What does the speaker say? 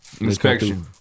inspection